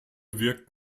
wirkt